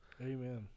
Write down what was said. Amen